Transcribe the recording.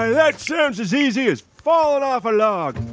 that sounds as easy as falling off a log,